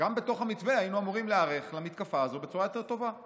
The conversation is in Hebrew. גם בתוך המתווה היינו אמורים להיערך למתקפה הזו בצורה יותר טובה.